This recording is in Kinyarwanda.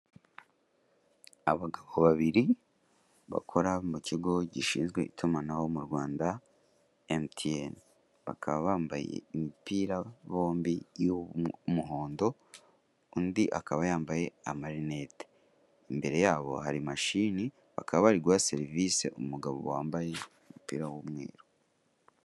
Abagabo babiri bakora mu kigo gishinzwe itumanaho mu Rwanda MTN, bakaba bambaye imipira bombi y'umuhondo undi akaba yambaye amarinete, imbere yabo hari mashini, bakaba bari guha serivisi umugabo wambaye umupira w'umweru.